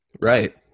Right